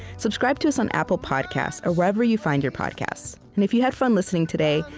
subscribe to us on apple podcasts or wherever you find your podcasts, and if you had fun listening today,